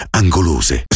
angolose